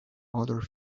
other